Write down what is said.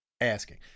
asking